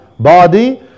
Body